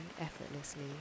effortlessly